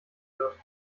wird